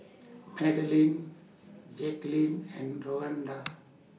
Magdalene and Lavonda